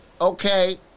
Okay